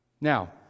Now